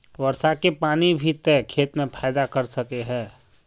वर्षा के पानी भी ते खेत में फायदा कर सके है?